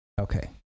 Okay